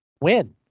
win